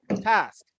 Task